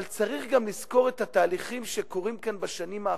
אבל צריך גם לזכור את התהליכים שקורים כאן בשנים האחרונות.